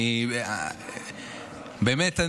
באמת,